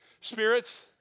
spirits